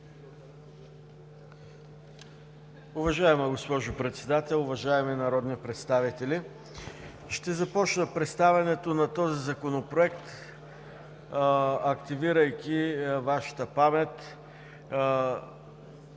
Уважаема госпожо Председател, уважаеми народни представители! Ще започна представянето на този Законопроект, активирайки Вашата памет,